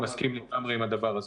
אני מסכים לגמרי עם הדבר הזה.